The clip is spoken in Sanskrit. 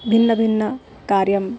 भिन्नभिन्नकार्यं